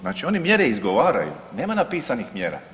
Znači oni mjere izgovaraju, nema napisanih mjera.